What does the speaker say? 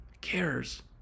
cares